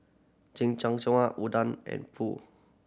Unadon and Pho